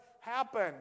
happen